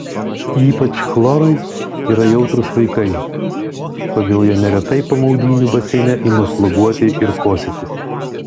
ypač chlorui yra jautrūs vaikai todėl jie neretai po maudynių baseine ima sloguoti ir kosėti